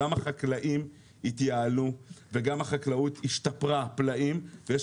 החקלאים התייעלו והחקלאות השתפרה פלאים ויש